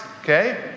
okay